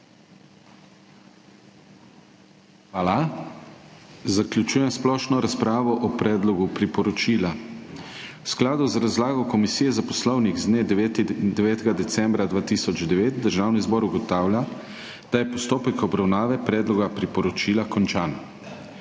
Hvala. Zaključujem splošno razpravo o predlogu priporočila. V skladu z razlago Komisije za poslovnik z dne 9. decembra 2009 Državni zbor ugotavlja, da je postopek obravnave predloga priporočila končan.